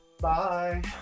bye